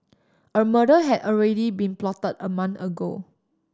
a murder had already been plotted a month ago